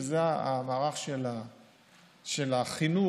שזה המערך של החינוך,